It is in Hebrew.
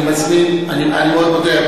אני מאוד מודה.